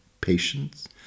patience